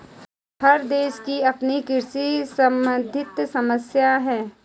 हर देश की अपनी कृषि सम्बंधित समस्याएं हैं